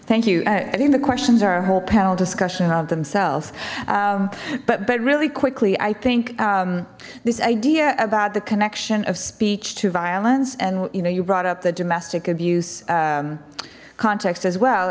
thank you i think the questions are a whole panel discussion of themselves but but really quickly i think this idea about the connection of speech to violence and you know you brought up the domestic abuse context as well